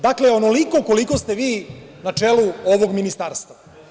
Dakle, onoliko koliko ste vi na čelu ovog ministarstva.